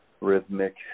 rhythmic